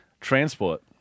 transport